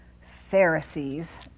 Pharisees